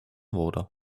water